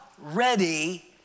ready